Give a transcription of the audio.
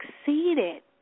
succeeded